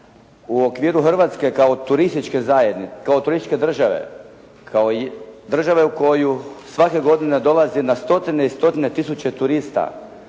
kao turističke, kao turističke države, kao države u koju svake godine dolazi na stotine i stotine tisuća turista